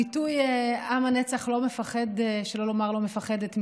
הביטוי "עם הנצח לא מפחד" שלא לומר לא מפחדת,